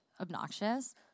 obnoxious